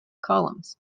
columns